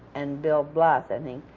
and bill blass, i think